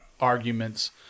arguments